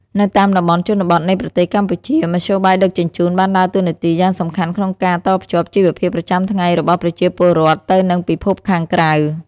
នៅតាមតំបន់ជនបទនៃប្រទេសកម្ពុជា មធ្យោបាយដឹកជញ្ជូនបានដើរតួនាទីយ៉ាងសំខាន់ក្នុងការតភ្ជាប់ជីវភាពប្រចាំថ្ងៃរបស់ប្រជាពលរដ្ឋទៅនឹងពិភពខាងក្រៅ។